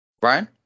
Brian